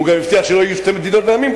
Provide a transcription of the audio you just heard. הוא גם הבטיח שלא יהיו שתי מדינות לשני עמים,